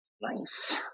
nice